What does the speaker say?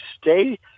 stay